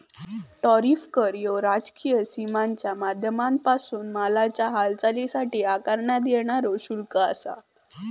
tariff कर ह्यो राजकीय सीमांच्या माध्यमांपासून मालाच्या हालचालीसाठी आकारण्यात येणारा शुल्क आसा